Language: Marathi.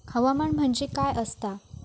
हवामान म्हणजे काय असता?